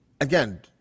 again